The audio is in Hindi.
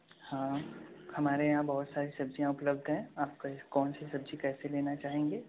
हाँ हमारे यहाँ बहुत सारी सब्जियाँ उपलब्ध हैं आपको कौन सी सब्जी कैसे लेना चाहेंगे